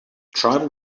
tribal